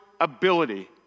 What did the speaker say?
ability